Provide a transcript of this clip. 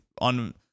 on